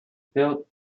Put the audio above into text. built